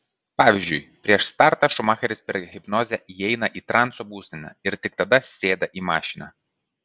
pavyzdžiui prieš startą šumacheris per hipnozę įeina į transo būseną ir tik tada sėda į mašiną